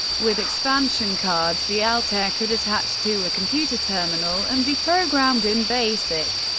with expansion cards the altair could attach to a computer terminal and be programmed in basic.